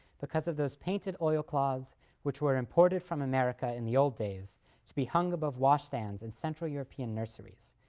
because of those painted oil cloths which were imported from america in the old days to be hung above washstands in central european nurseries,